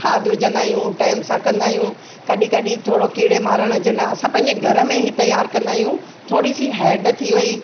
खाद विझंदा आहियूं टेम सां कंदा आहियूं कॾहिं कॾहिं थोरो कीड़े मारण जे लाइ असां पंहिंजे घर में ही तयार कंदा आहियूं थोरी सी हेड थी वयी